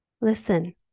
Listen